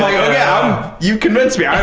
um you convince me. i'm